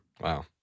Wow